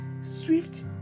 swift